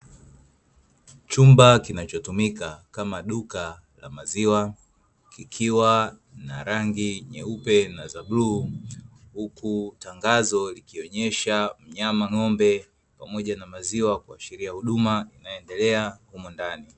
Chumba kinachotumika kama duka la maziwa, kikiwa na rangi nyeupe na za bluu huku tangazo likionyesha mnyama n'gombe pamoja na maziwa, kuashiria huduma inayoendelea humo ndani.